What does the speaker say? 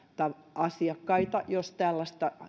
asiakkaita jos tällaista